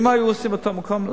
ואם היו עושים באותו מקום,